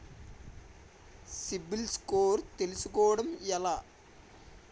CIBIL score తెల్సుకోటం ఎలా?